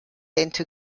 into